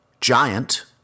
giant